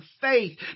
faith